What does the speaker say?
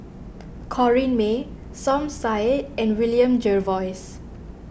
Corrinne May Som Said and William Jervois